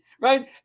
right